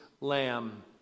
lamb